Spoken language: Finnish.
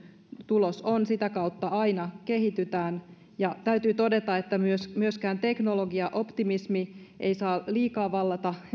tulos on sitä kautta aina kehitytään ja täytyy todeta että myöskään teknologiaoptimismi ei saa liikaa vallata